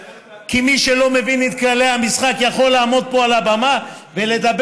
כי מי שלא מבין את כללי המשחק יכול לעמוד פה על הבמה ולדבר,